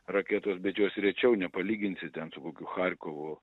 raketos bet jos rečiau nepalyginsi ten su kokiu charkovo